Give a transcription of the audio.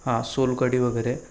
हा सोलकढी वगैरे